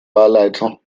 wahlleiter